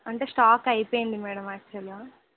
అంటే స్టాక్ అయిపోయింది మేడమ్ యాక్చువల్గా